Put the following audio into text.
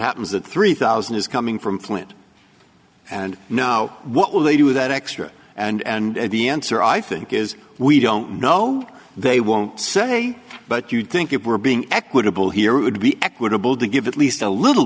happens at three thousand is coming from flint and now what will they do with that extra and and the answer i think is we don't know they won't say but you'd think you were being equitable here would be equitable to give at least a little